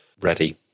ready